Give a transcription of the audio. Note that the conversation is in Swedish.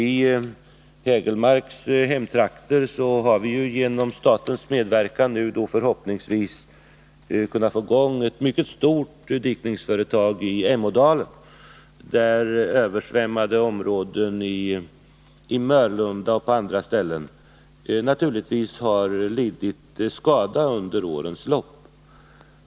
I Sydsverige har vi genom statens medverkan förhoppningsvis kunnat få i gång ett mycket stort dikningsföretag i 115 Emådalen, där översvämmade områden i Mörlunda och på andra ställen naturligtvis har lidit skada under årens lopp.